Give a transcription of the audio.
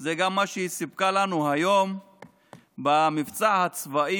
זה גם מה שהיא סיפקה לנו היום במבצע הצבאי